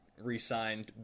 re-signed